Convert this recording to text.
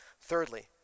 Thirdly